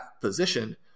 position